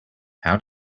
how